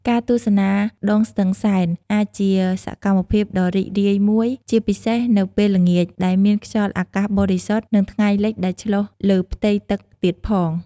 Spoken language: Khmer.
ការទស្សនាដងស្ទឹងសែន អាចជាសកម្មភាពដ៏រីករាយមួយ ជាពិសេសនៅពេលល្ងាចដែលមានខ្យល់អាកាសបរិសុទ្ធ និងថ្ងៃលិចដែលឆ្លុះលើផ្ទៃទឹកទៀតផង។